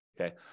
Okay